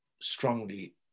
strongly